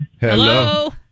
Hello